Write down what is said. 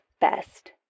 best